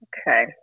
Okay